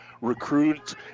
recruits